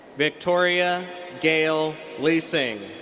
victoria gayle leising.